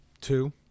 Two